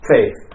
Faith